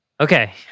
okay